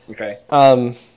Okay